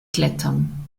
klettern